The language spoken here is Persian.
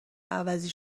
عوضی